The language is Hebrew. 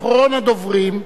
אחרון הדוברים,